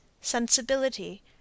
sensibility